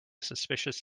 suspicious